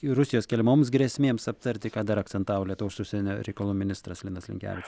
ir rusijos keliamoms grėsmėms aptarti ką dar akcentavo lietuvos užsienio reikalų ministras linas linkevič